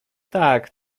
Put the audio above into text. tak